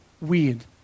weird